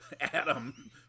Adam